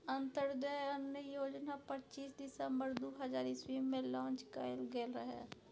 अंत्योदय अन्न योजना पच्चीस दिसम्बर दु हजार इस्बी मे लांच कएल गेल रहय